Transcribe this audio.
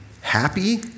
happy